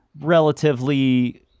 relatively